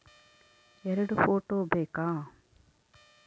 ಎರಡು ಫೋಟೋ ಬೇಕಾ?